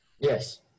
Yes